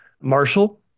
Marshall